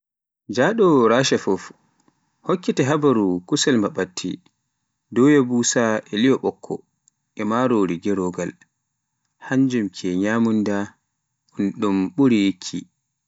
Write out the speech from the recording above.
Njaɗo Rasha fuf, hokkete habaruu, kusel mbaɓatti, doya busa e lie ɓokko e marori gerogal, hannjum ke nyamunda un ɗum ɓuri yikki.